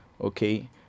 okay